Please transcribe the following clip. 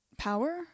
power